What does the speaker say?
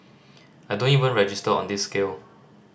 I don't even register on this scale